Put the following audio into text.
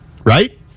right